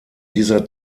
dieser